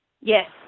Yes